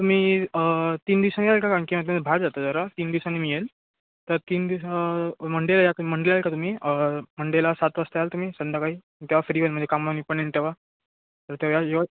तुम्ही तीन दिवसांनी याल का कारण की आता मी बाहेर जातो आहे जरा तीन दिवसांनी मी येईल तर तीन दिवसा मंडे या तुम्ही मंडेला याल का तुम्ही मंडेला सात वाजता याल तुम्ही संध्याकाळी तेव्हा फ्री होईन म्हणजे कामानं मी पण येईन तेव्हा तर तेव्हा याल याल